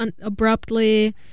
abruptly